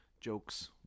jokes